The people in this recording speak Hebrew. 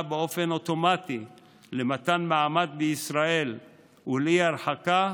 אוטומטית למתן מעמד בישראל ולאי-הרחקה,